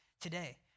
today